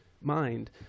mind